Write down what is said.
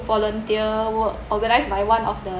volunteer work organised by one of the